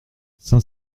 cinq